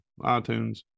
iTunes